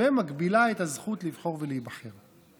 ומגביל את הזכות לבחור ולהיבחר.